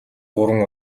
гурван